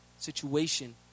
situation